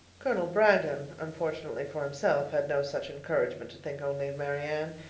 colonel brandon, unfortunately for himself, had no such encouragement to think only of marianne,